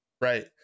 Right